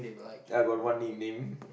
I got one nickname